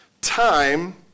Time